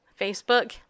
Facebook